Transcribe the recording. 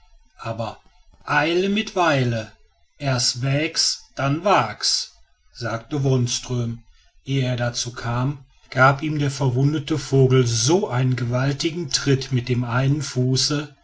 aber eile mit weile und erst wäg's dann wag's sagt wonström ehe er dazu kam gab ihm der verwundete vogel so einen gewaltigen tritt mit dem einen fuße